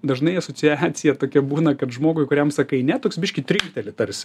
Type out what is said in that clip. dažnai asociacija tokia būna kad žmogui kuriam sakai ne toks biškį trinkteli tarsi